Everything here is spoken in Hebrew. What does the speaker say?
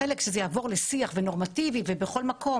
חלק שזה יעבור לשיח ונורמטיבי ובכל מקום